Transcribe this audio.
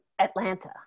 Atlanta